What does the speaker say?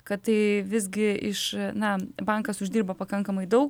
kad tai visgi iš na bankas uždirba pakankamai daug